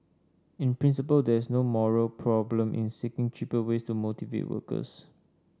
in principle there is no moral problem in seeking cheaper ways to motivate workers